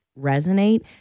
resonate